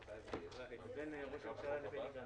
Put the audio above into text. גפני,